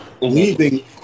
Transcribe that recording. leaving